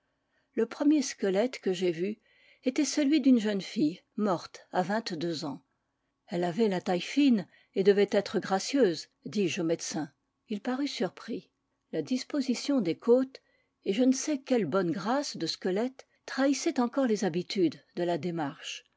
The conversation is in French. le premier squelette que j'ai vu était celui d'une jeune fille morte à vingt-deux ans elle avait la taille fine et devait être gracieuse dis-je au médecin il parut surpris la disposition des côtes et je ne sais quelle bonne grâce de squelette trahissaient encore les habitudes de la démarche